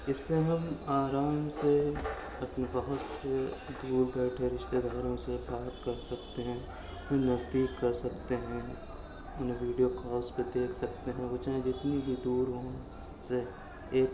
اس سے ہم آرام سے اپنے بہت سے دور بیٹھے رشتے داروں سے بات کر سکتے ہیں انہیں نزدیک کر سکتے ہیں انہیں ویڈیو کالس پہ دیکھ سکتے ہیں وہ چاہے جتنی بھی دور ہوں اسے ایک